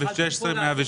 אגף